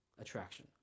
attraction